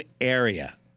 area